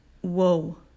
whoa